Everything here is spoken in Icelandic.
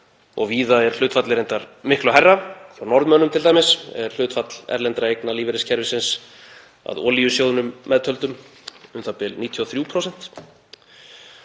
og víða er hlutfallið reyndar miklu hærra. Hjá Norðmönnum er hlutfall erlendra eigna lífeyriskerfisins, að olíusjóðnum meðtöldum, u.þ.b. 93%.